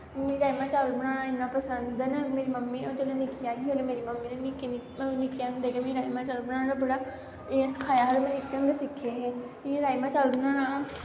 मिगी राजमा चावल बनाना इन्ने पसंद न मेरी मम्मी अऊं जिसलै निक्की हारी ही उसलै मेरी मम्मी नै मिगी निक्कियां होंदी गै राजमा चावल बनाना बड़ा सखाया हा ते सिक्खे हे इयां राजमा चावल बनाना